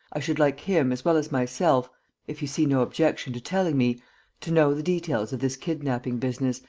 i should like him, as well as myself if you see no objection to telling me to know the details of this kidnapping business,